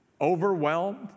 overwhelmed